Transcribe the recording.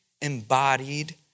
embodied